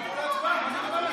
שיעבור להצבעה.